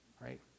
right